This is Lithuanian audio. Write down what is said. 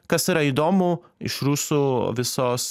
kas yra įdomu iš rusų visos